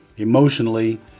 emotionally